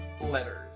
letters